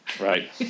Right